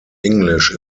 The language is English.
english